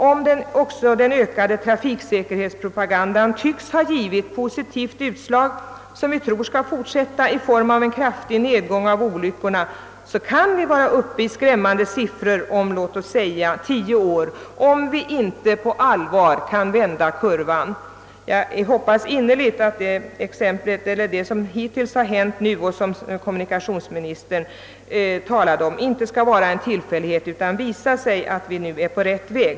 Om också den ökade trafiksäkerhetspropagandan tycks ha givit ett positivt utslag, som vi tror skall fortsätta med en kraftig nedgång av olyckorna som följd, kan vi ändå vara uppe i skrämmande siffror om låt oss säga tio år, om vi inte på allvar kan hejda denna utveckling. Jag hoppas innerligt att det som nu har hänt i den riktningen och som kommunikationsministern talade om inte är en tillfällighet utan att det skall visa sig att vi nu är på rätt väg.